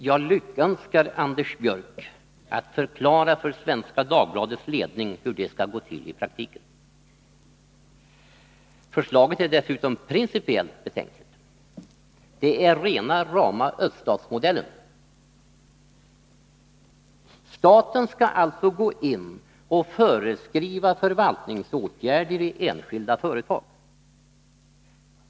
Jag lyckönskar Anders Björck att förklara för Svenska Dagbladets ledning hur det skall gå till i praktiken. Det förslaget är dessutom principiellt betänkligt. Det är rena rama öststatsmodellen. Staten skall alltså gå in och föreskriva förvaltningsåtgärder i enskilda företag.